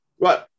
Right